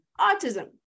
Autism